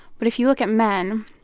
but if you look at men,